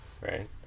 Right